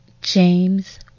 James